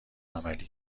عملی